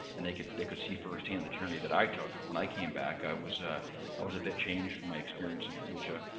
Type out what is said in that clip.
and they could they could see firsthand the journey that i took when i came back. i was ah i was a bit changed from my experience in fallujah.